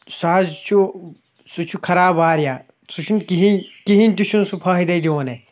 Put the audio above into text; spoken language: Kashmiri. سُہ حظ چھُ سُہ چھُ خراب واریاہ سُہ چھُنہٕ کِہیٖنٛۍ کِہیٖنٛۍ تہِ چھُنہٕ سُہ فٲیدَے دِوانے